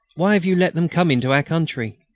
why have you let them come into our country?